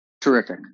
terrific